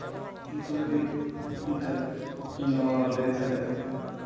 ᱩᱱᱠᱩ ᱞᱟᱹᱜᱤᱫ ᱢᱤᱫᱴᱤᱡ ᱤᱧᱫᱚ ᱞᱟᱹᱭ ᱥᱟᱰᱮᱭᱮᱫ ᱛᱟᱵᱚᱱᱟ